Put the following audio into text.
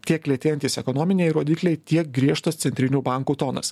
tiek lėtėjantys ekonominiai rodikliai tiek griežtos centrinių bankų tonas